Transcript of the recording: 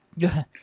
yeah,